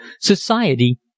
Society